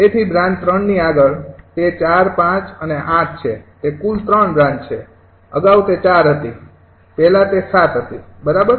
તેથી બ્રાન્ચ ૩ ની આગળ તે ૪ ૫ અને ૮ છે તે કુલ ૩ બ્રાન્ચ છે અગાઉ તે ૪ હતી અને પહેલા તે ૭ હતી બરાબર